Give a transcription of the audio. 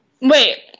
Wait